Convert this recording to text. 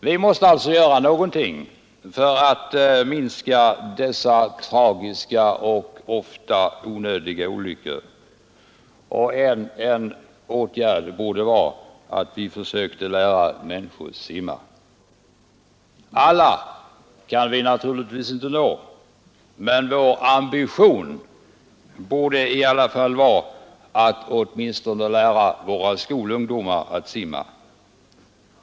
Vi måste alltså göra någonting för att minska dessa tragiska och ofta onödiga olyckor, och en åtgärd borde vara att vi försökte lära flera människor simma. Alla kan vi naturligtvis inte nå, men vår ambition borde vara att åtminstone lära våra skolungdomar att simma.